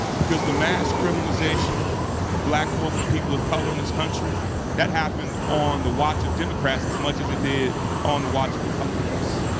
because the mass criminalization of black folk and people of color in this country, that happened on the watch of democrats as much as it did on the watch of republicans.